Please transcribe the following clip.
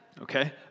okay